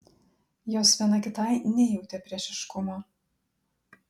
jos viena kitai nejautė priešiškumo